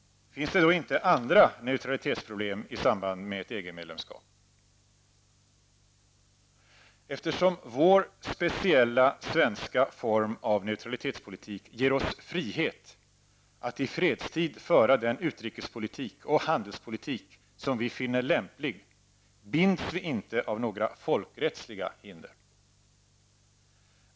Finns det då inte andra neutralitetsproblem i samband med ett EG-medlemskap? Eftersom vår speciella svenska form av neutralitetspolitik ger oss frihet att i fredstid föra den utrikespolitik och handelspolitik vi finner lämplig binds vi inte av några folkrättsliga hinder.